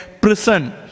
prison